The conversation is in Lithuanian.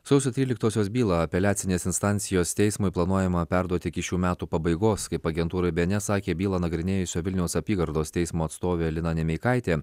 sausio tryliktosios bylą apeliacinės instancijos teismui planuojama perduoti iki šių metų pabaigos kaip agentūra bė en es sakė bylą nagrinėjusio vilniaus apygardos teismo atstovė lina nemeikaitė